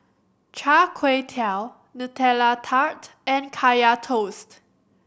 Char Kway Teow Nutella Tart and Kaya Toast